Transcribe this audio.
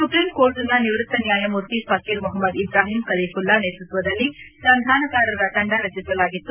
supreme ಕೋರ್ಟ್ನ ನಿವೃತ್ತ ನ್ಯಾಯಮೂರ್ತಿ ಫಕೀರ್ ಮೊಹಮ್ಮದ್ ಇಬ್ರಾಹಿಂ ಕಲೀಫುಲ್ಲಾ ನೇತೃತ್ವದಲ್ಲಿ ಸಂಧಾನಕಾರರ ತಂಡ ರಚಿಸಲಾಗಿತ್ತು